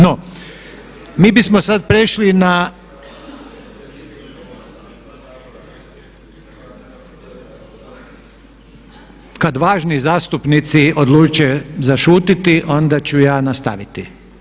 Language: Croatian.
No, mi bismo sada prešli na, kada važni zastupnici odluče zašutjeti onda ću ja nastaviti.